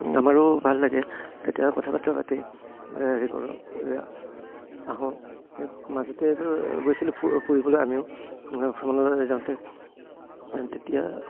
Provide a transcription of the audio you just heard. আমাৰো ভাল লাগে তেতিয়া কথা বাৰ্তা পাতি হেৰি কৰোঁ আহোঁ মাজতে গৈছিলোঁ ফুৰিবলৈ আমিও ভ্ৰমণলৈ যাওঁতে তেতিয়া